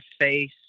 face